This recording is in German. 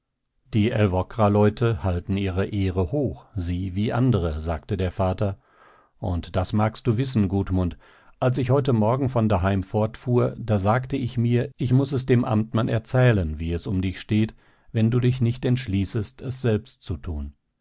die älvkraleute halten ihre ehre hoch sie wie andere sagte der vater und das magst du wissen gudmund als ich heute morgen von daheim fortfuhr da sagte ich mir ich muß es dem amtmann erzählen wie es um dich steht wenn du dich nicht entschließest es selbst zu tun